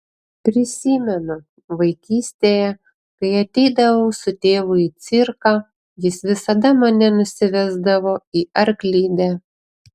prisimenu vaikystėje kai ateidavau su tėvu į cirką jis visada mane nusivesdavo į arklidę